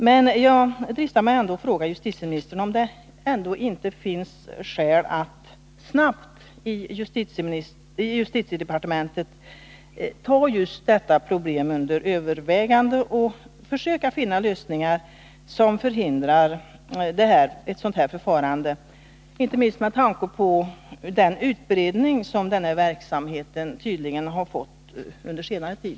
Men jag dristar mig ändå att fråga justitieministern, om det inte finns skäl att i justitiedepartementet snabbt ta just detta problem under övervägande och försöka finna lösningar som förhindrar ett sådant här förfarande, inte minst med tanke på den utbredning denna verksamhet tydligen har fått under senare tid.